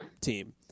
team